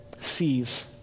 sees